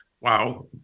wow